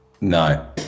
No